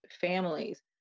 families